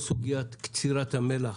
כל סוגית קצירת המלח